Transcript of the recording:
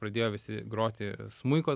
pradėjo visi groti smuiko